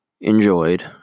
enjoyed